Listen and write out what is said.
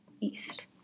East